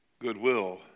goodwill